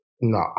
no